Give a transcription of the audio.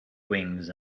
wings